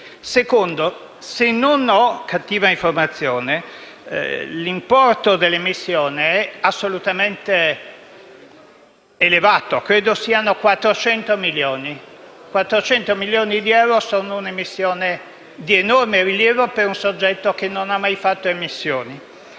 luogo, se non ho cattiva informazione, l'importo dell'emissione è assolutamente elevato. Credo siano 400 milioni, che sono un'emissione di enorme rilievo per un soggetto che non ne ha mai fatte.